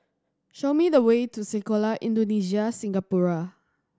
show me the way to Sekolah Indonesia Singapura